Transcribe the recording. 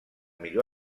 millor